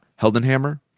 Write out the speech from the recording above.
Heldenhammer